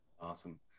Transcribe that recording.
awesome